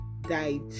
died